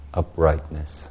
uprightness